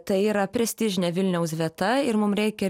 tai yra prestižinė vilniaus vieta ir mum reikia